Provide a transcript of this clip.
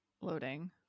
loading